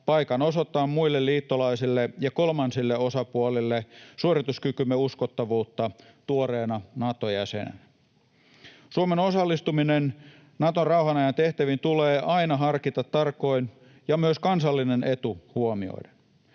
paikan osoittaa muille liittolaisille ja kolmansille osapuolille suorituskykymme uskottavuutta tuoreena Nato-jäsenenä. Suomen osallistuminen Naton rauhan ajan tehtäviin tulee aina harkita tarkoin ja myös kansallinen etu huomioiden.